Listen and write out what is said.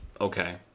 okay